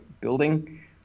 building